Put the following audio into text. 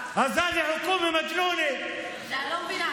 (אומר בערבית: אז הממשלה הזאת משוגעת.) אני לא מבינה.